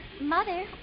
Mother